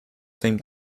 same